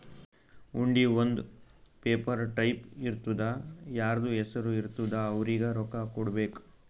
ಹುಂಡಿ ಒಂದ್ paper type ಇರ್ತುದಾ ಯಾರ್ದು ಹೆಸರು ಇರ್ತುದ್ ಅವ್ರಿಗ ರೊಕ್ಕಾ ಕೊಡ್ಬೇಕ್